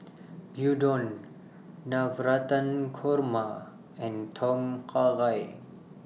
Gyudon Navratan Korma and Tom Kha Gai